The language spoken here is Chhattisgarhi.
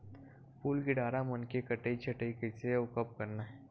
फूल के डारा मन के कटई छटई कइसे अउ कब करना हे?